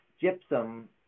Gypsum